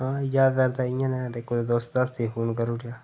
हां ज्यादातर ते इ'यै नेह् होंदे कोई दोस्त दास्त गी फोन करूड़ेआ